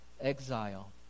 exile